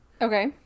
Okay